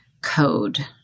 code